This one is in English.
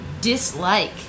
dislike